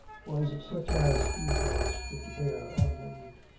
was such as few hearts could bear unmoved,